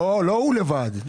לא הוא לבד.